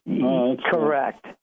Correct